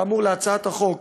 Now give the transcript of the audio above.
כאמור, להצעת החוק